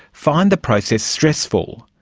find the process stressful.